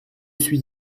suis